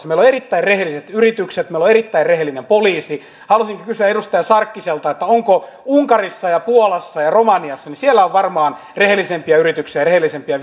meillä on erittäin rehelliset yritykset meillä on erittäin rehellinen poliisi haluaisinkin kysyä edustaja sarkkiselta unkarissa puolassa ja romaniassa on varmaan rehellisempiä yrityksiä ja rehellisempiä